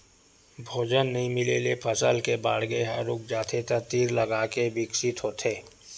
भोजन नइ मिले ले फसल के बाड़गे ह रूक जाथे त धीर लगाके बिकसित होथे